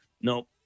Nope